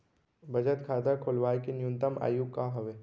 बचत खाता खोलवाय के न्यूनतम आयु का हवे?